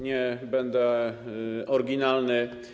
Nie będę oryginalny.